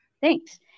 Thanks